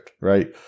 right